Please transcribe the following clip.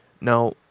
Now